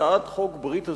הצעת חוק ברית הזוגיות.